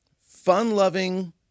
fun-loving